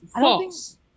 false